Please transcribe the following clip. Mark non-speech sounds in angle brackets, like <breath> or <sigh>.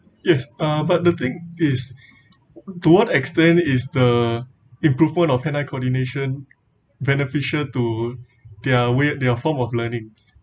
yes ah but the thing is <breath> to what extent is the improvement of hand eye coordination beneficial to their way their form of learning